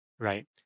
Right